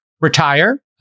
retire